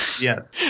Yes